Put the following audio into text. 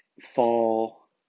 fall